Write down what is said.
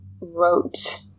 wrote